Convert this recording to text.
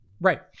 right